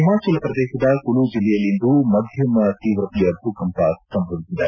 ಹಿಮಾಚಲ ಪ್ರದೇಶದ ಕುಲು ಜಿಲ್ಲೆಯಲ್ಲಿಂದು ಮಧ್ಯಮ ತೀವ್ರತೆಯ ಭೂಕಂಪ ಸಂಭವಿಸಿದೆ